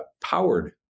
powered